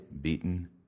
beaten